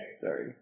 Sorry